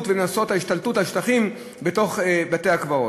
וניסיונות ההשתלטות על שטחים בתוך בתי-הקברות.